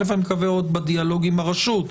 אני מקווה עוד בדיאלוג עם הרשות,